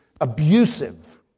abusive